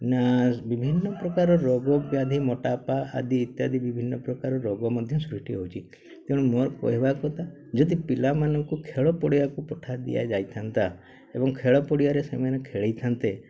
ନା ବିଭିନ୍ନ ପ୍ରକାର ରୋଗବ୍ୟାଧି ମୋଟାପା ଆଦି ଇତ୍ୟାଦି ବିଭିନ୍ନ ପ୍ରକାର ରୋଗ ମଧ୍ୟ ସୃଷ୍ଟି ହେଉଛି ତେଣୁ ମୋର କହିବା କଥା ଯଦି ପିଲାମାନଙ୍କୁ ଖେଳ ପଡ଼ିଆକୁ ପଠାଇ ଦିଆଯାଇଥାନ୍ତା ଏବଂ ଖେଳ ପଡ଼ିଆରେ ସେମାନେ ଖେଳିଥାନ୍ତେ